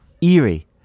eerie